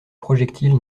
projectiles